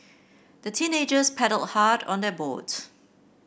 the teenagers paddled hard on their boat